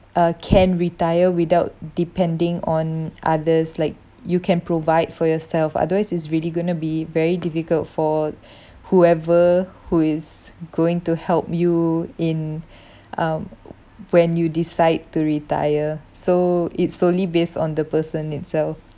uh can retire without depending on others like you can provide for yourself otherwise it's really going to be very difficult for whoever who is going to help you in um oo when you decide to retire so it solely based on the person itself